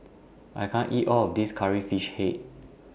I can't eat All of This Curry Fish Head